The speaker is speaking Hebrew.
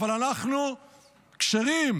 אבל אנחנו כשרים,